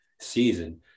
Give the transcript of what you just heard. season